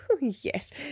yes